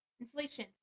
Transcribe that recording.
inflation